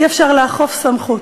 אי-אפשר לאכוף סמכות.